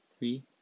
Three